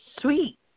sweet